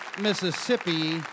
Mississippi